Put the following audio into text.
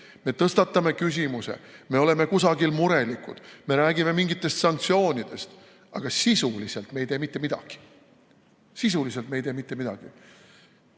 me tõstatame küsimuse, me oleme kusagil murelikud, me räägime mingitest sanktsioonidest, aga sisuliselt me ei tee mitte midagi. Sisuliselt me ei tee mitte midagi!